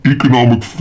Economic